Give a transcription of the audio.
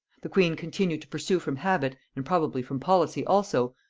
the queen continued to pursue from habit, and probably from policy also,